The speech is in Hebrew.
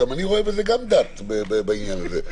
אני רואה גם בעניין הזה דת,